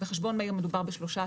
בחשבון מהיר מדובר ב-13%.